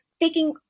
taking